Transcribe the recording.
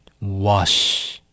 wash